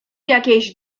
jakiejś